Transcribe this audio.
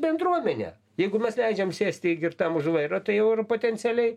bendruomenė jeigu mes leidžiam sėsti girtam už vairo tai jau ir potencialiai